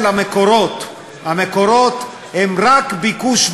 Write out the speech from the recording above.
הם כבר שם.